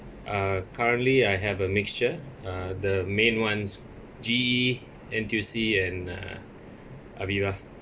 uh currently I have a mixture uh the main ones G_E N_T_U_C and uh Aviva